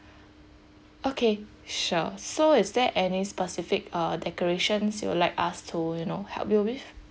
okay sure so is there any specific uh decorations you would like us to you know help you with